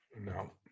No